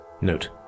note